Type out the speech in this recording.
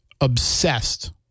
obsessed